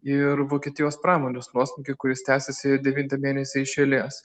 ir vokietijos pramonės nuosmukį kuris tęsiasi devintą mėnesį iš eilės